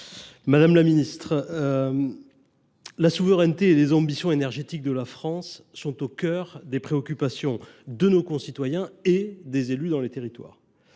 Madame la ministre, la souveraineté et les ambitions énergétiques de la France sont au cœur des préoccupations de nos concitoyens et des élus dans les territoires.